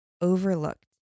overlooked